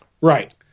Right